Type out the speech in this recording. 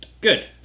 Good